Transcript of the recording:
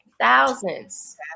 Thousands